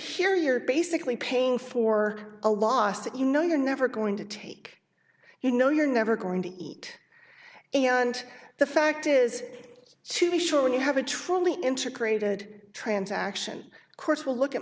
ere you're basically paying for a lost you know you're never going to take you know you're never going to eat and the fact is to be sure when you have a truly integrated transaction courts will look at